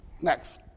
Next